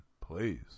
Please